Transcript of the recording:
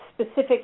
specific